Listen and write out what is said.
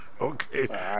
Okay